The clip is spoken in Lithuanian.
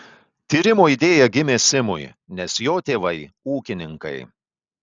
tyrimo idėja gimė simui nes jo tėvai ūkininkai